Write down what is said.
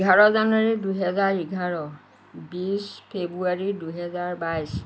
এঘাৰ জানুৱাৰী দুহেজাৰ এঘাৰ বিছ ফেব্ৰুৱাৰী দুহেজাৰ বাইছ